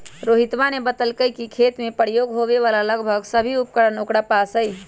रोहितवा ने बतल कई कि खेत में प्रयोग होवे वाला लगभग सभी उपकरण ओकरा पास हई